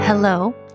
Hello